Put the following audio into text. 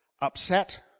upset